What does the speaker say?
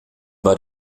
war